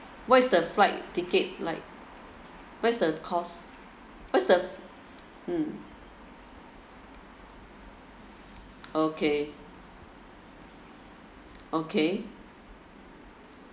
what is the flight ticket like what is the cost what is the mm okay okay